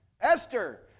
Esther